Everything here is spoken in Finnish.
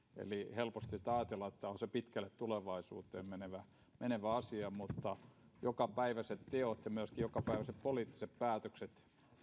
helposti ajatellaan että tämä on se pitkälle tulevaisuuteen menevä menevä asia mutta jokapäiväiset teot ja myöskin jokapäiväiset poliittiset päätökset